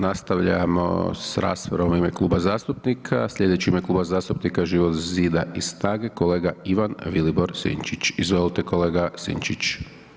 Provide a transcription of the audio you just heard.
Nastavljamo s raspravom u ime kluba zastupnika, slijedeći u ime Kluba zastupnika Živog zida i SNAGA-e kolega Ivan Vilibor Sinčić, izvolite kolega Sinčić.